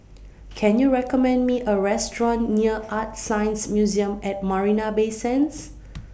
Can YOU recommend Me A Restaurant near ArtScience Museum At Marina Bay Sands